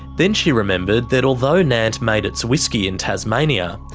then she remembered that although nant made its whisky in tasmania,